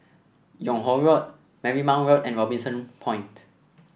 Yung Ho Road Marymount Road and Robinson Point